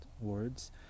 words